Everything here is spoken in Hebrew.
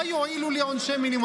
מה יועילו לי עונשי מינימום?